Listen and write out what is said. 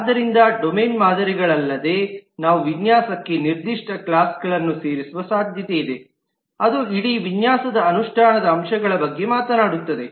ಆದ್ದರಿಂದ ಡೊಮೇನ್ ಮಾದರಿಗಳಲ್ಲದೆ ನಾವು ವಿನ್ಯಾಸಕ್ಕೆ ನಿರ್ದಿಷ್ಟ ಕ್ಲಾಸ್ ಗಳನ್ನು ಸೇರಿಸುವ ಸಾಧ್ಯತೆಯಿದೆ ಅದು ಇಡೀ ವಿನ್ಯಾಸದ ಅನುಷ್ಠಾನದ ಅಂಶಗಳ ಬಗ್ಗೆ ಮಾತನಾಡುತ್ತದೆ